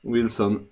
Wilson